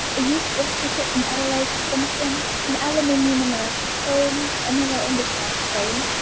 a used bus ticket from adelaide to somerton, an aluminium american comb, another undescribed comb,